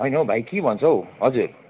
होइनौ भाइ के भन्छ हौ हजुर